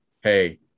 hey